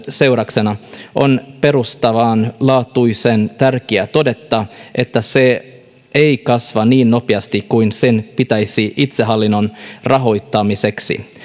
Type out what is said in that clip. seurauksena on perustavanlaatuisen tärkeää todeta että se ei kasva niin nopeasti kuin sen pitäisi itsehallinnon rahoittamiseksi